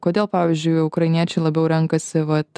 kodėl pavyzdžiui ukrainiečiai labiau renkasi vat